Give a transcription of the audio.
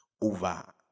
over